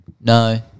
No